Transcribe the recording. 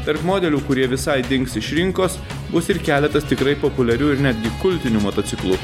tarp modelių kurie visai dings iš rinkos bus ir keletas tikrai populiarių ir netgi kultinių motociklu